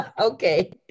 okay